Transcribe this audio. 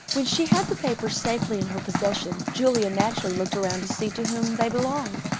when she had the papers safely in her possession, julia naturally looked around to see to whom they belonged.